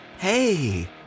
Hey